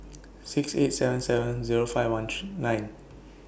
six eight seven seven Zero five one nine